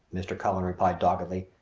mr. cullen replied doggedly,